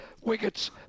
wickets